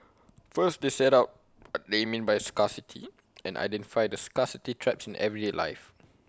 first they set out they mean by scarcity and identify the scarcity traps in everyday life